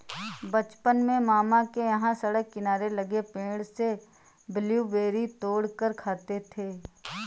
बचपन में मामा के यहां सड़क किनारे लगे पेड़ से ब्लूबेरी तोड़ कर खाते थे